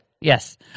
Yes